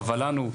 חבל לנו,